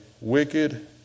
wicked